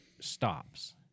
stops